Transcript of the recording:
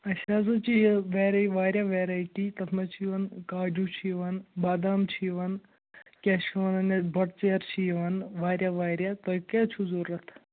اَسہِ حظ اوس چھِ یہِ گَرے واریاہ ویرایٹی تَتھ منٛز چھِ یِوان کاجوٗ چھِ یِوان بادام چھِ یِوان کیٛاہ چھِ وَنان یَتھ بۄٹہٕ ژیرٕ چھَ یِوان واریاہ واریاہ تۄہہِ کیٛاہ چھُ ضروٗرت